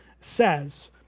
says